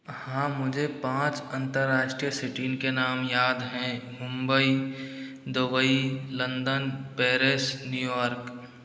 हाँ मुझे पाँच अन्तर्राष्ट्रीय सिटीन के नाम याद हैं Mumbai Dubai London Paris New York